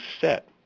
set